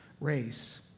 race